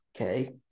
Okay